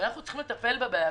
ואנחנו פה צריכים לטפל בבעיה.